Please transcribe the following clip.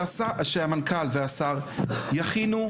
שהמנכ"ל והשר יכינו עבודת מטה.